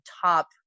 top